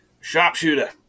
Sharpshooter